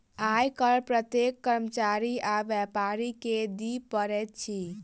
आय कर प्रत्येक कर्मचारी आ व्यापारी के दिअ पड़ैत अछि